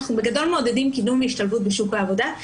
אנחנו בגדול, מעודדים קידום והשתלבות בשוק העבודה,